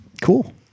Cool